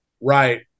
right